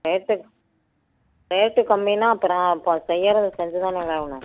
rate rate கம்மின்னா அப்புறம் அப்போ செய்கிறத செஞ்சுதானங்க ஆகணும்